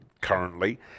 currently